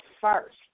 first